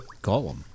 golem